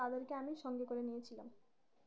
তাদেরকে আমি সঙ্গে করে নিয়েছিলাম